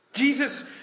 Jesus